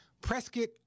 Prescott